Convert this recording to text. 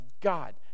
God